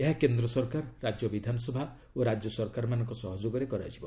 ଏହା କେନ୍ଦ୍ର ସରକାର ରାଜ୍ୟ ବିଧାନସଭା ଓ ରାଜ୍ୟ ସରକାରମାନଙ୍କ ସହଯୋଗରେ କରାଯିବ